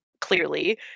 clearly